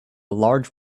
large